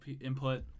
input